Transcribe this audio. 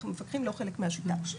המפקחים לא חלק מהשיטה.